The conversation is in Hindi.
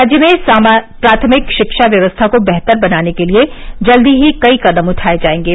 राज्य में प्राथमिक शिक्षा व्यवस्था को बेहतर बनाने के लिये जल्द ही कई कदम उठाये जायेंगे